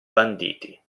banditi